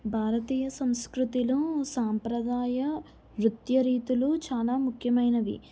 భారతీయ సంస్కృతిలో సాంప్రదాయ నృత్య రీతులు చాలా ముఖ్యమైనవి